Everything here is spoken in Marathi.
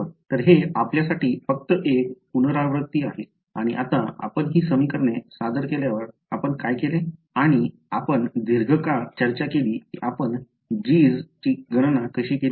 तर हे आपल्यासाठी फक्त एक पुनरावृत्ती आहे आणि आता आपण ही समीकरणे सादर केल्यावर आपण काय केले आणि आपण दीर्घकाळ चर्चा केली की आपण g's ची गणना कशी केली